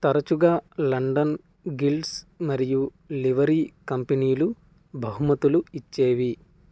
తరచుగా London guilds మరియు livery కంపెనీలు బహుమతులు ఇచ్చేవి